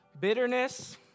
Bitterness